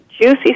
Juicy